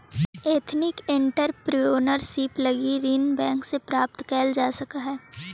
ethnic entrepreneurship लगी ऋण bank से प्राप्त कैल जा सकऽ हई